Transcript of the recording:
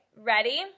ready